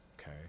okay